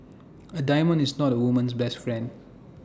A diamond is not A woman's best friend